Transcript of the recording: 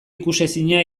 ikusezina